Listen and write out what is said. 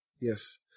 Yes